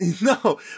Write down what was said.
No